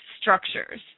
structures